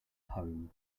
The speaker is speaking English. home